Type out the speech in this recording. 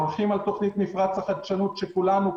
הולכים על תכנית מפרץ החדשנות שכולנו,